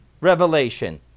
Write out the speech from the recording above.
revelation